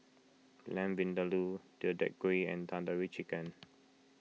Lamb Vindaloo Deodeok Gui and Tandoori Chicken